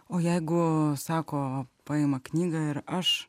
o jeigu sako paima knygą ir aš